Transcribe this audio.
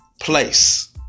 place